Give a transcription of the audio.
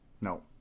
no